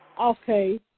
Okay